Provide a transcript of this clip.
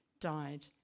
died